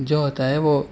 جو ہوتا ہے وہ